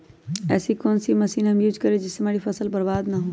ऐसी कौन सी मशीन हम यूज करें जिससे हमारी फसल बर्बाद ना हो?